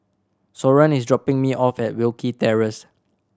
Soren is dropping me off at Wilkie Terrace